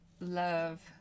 love